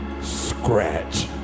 scratch